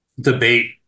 debate